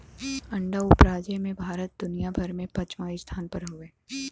अंडा उपराजे में भारत दुनिया भर में पचवां स्थान पर हउवे